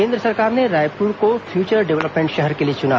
केंद्र सरकार ने रायपुर को फ्यूचर डेवलपमेंट शहर के लिए चुना